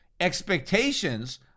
expectations